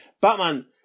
Batman